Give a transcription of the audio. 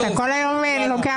כל היום אתה לוקח